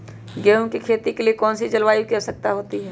गेंहू की खेती के लिए कौन सी जलवायु की आवश्यकता होती है?